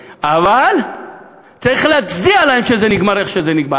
אבל צריך להצדיע להם על כך שזה נגמר איך שזה נגמר.